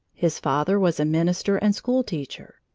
his father was a minister and school teacher.